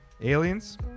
Aliens